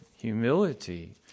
humility